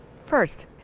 first